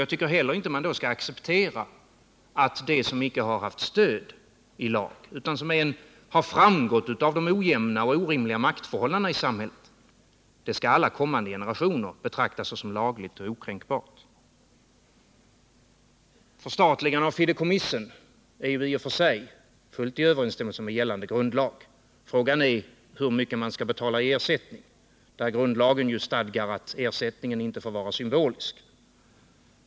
Jag tycker inte heller att man skall acceptera att det som inte har haft stöd i lag utan framgått av de ojämna och orimliga maktförhållandena i samhället skall av alla kommande generationer betraktas såsom lagligt och okränkbart. Ett förstatligande av fideikommissen är i och för sig fullt i överensstämmelse med gällande grundlag. Frågan är dock hur mycket man skall betala i ersättning. Grundlagen stadgar ju att ersättningen inte får vara symbolisk.